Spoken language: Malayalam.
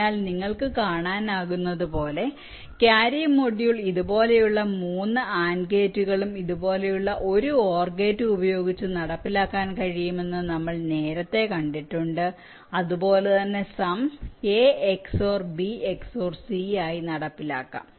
അതിനാൽ നിങ്ങൾക്ക് കാണാനാകുന്നതുപോലെ ക്യാരി മൊഡ്യൂൾ ഇതുപോലുള്ള 3 AND ഗേറ്റുകളും ഇതുപോലുള്ള ഒരു OR ഗേറ്റും ഉപയോഗിച്ചു നടപ്പിലാക്കാൻ കഴിയുമെന്ന് നമ്മൾ നേരത്തെ കണ്ടിട്ടുണ്ട് അതുപോലെ തന്നെ sum A XOR B XOR C ആയി നടപ്പിലാക്കാം